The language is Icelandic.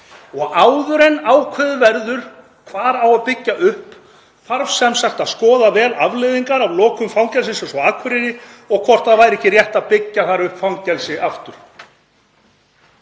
Áður en ákveðið verður hvar á að byggja upp þarf sem sagt að skoða vel afleiðingar af lokun fangelsisins á Akureyri og hvort ekki væri rétt að byggja þar upp fangelsi aftur.